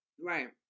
Right